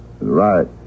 Right